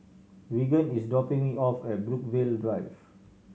Reagan is dropping me off at Brookvale Drive